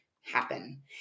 happen